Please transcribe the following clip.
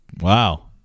Wow